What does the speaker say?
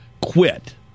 quit